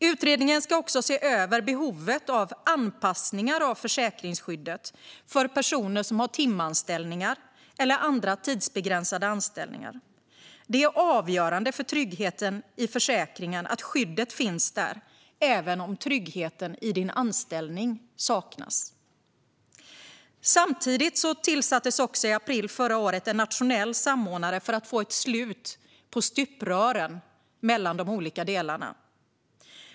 Utredningen ska också se över behovet av anpassningar av försäkringsskyddet för personer som har timanställningar eller andra tidsbegränsade anställningar. Det är avgörande för tryggheten i försäkringen att skyddet finns där även om tryggheten i ens anställning saknas. I april förra året tillsattes också en nationell samordnare för att få ett slut på stuprören mellan de olika delarna.